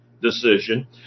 decision